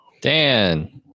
dan